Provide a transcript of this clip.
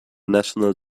national